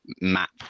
map